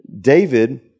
David